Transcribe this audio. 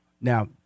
now